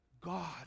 God